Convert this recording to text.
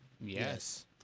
Yes